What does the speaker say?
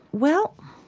well,